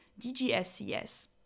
DGSCS